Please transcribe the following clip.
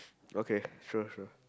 okay sure sure